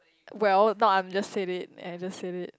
well no I am just say it and I just say it